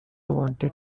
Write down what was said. wanted